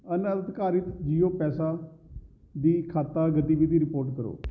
ਅਣਅਧਿਕਾਰਤ ਜੀਓ ਪੈਸਾ ਦੀ ਖਾਤਾ ਗਤੀਵਿਧੀ ਰਿਪੋਰਟ ਕਰੋ